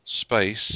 space